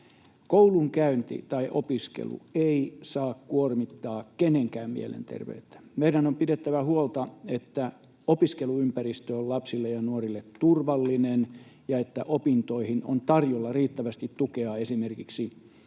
Koulunkäynti tai opiskelu ei saa kuormittaa kenenkään mielenterveyttä. Meidän on pidettävä huolta, että opiskeluympäristö on lapsille ja nuorille turvallinen ja että opintoihin on tarjolla riittävästi tukea, esimerkiksi